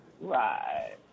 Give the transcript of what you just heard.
Right